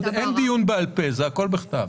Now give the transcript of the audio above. כלומר אין דיון בעל פה, זה הכול בכתב.